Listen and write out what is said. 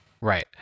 Right